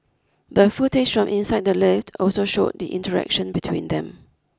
the footage from inside the lift also showed the interaction between them